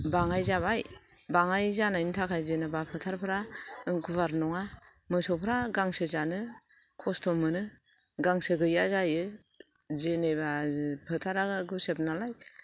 बाङाय जाबाय बाङाय जानायनि थाखाय जेन'बा फोथारफ्रा गुवार नङा मोसौफ्रा गांसो जानो खस्थ' मोनो गांसो गैया जायो जेन'बा फोथारा गुसेब नालाय